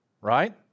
right